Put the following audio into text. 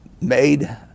made